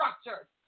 structures